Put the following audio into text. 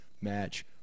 match